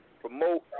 promote